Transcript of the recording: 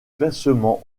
classement